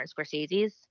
Scorsese's